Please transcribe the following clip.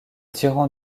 tyran